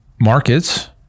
markets